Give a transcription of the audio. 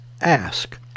ask